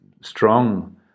strong